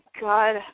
god